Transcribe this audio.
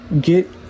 get